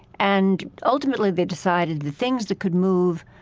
and ultimately, they decided that things that could move,